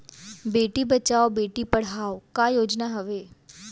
बेटी बचाओ बेटी पढ़ाओ का योजना हवे?